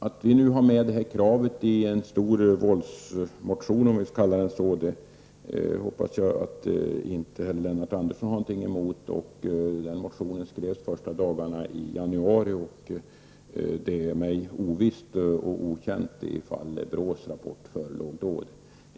Att vi nu har det här kravet i en stor våldsmotion, om vi nu kan kalla den så, hoppas jag att Lennart Andersson inte har någonting emot. Den motionen skrevs första dagarna i januari. Det är mig okänt ifall BRÅs rapport förelåg då.